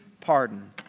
pardon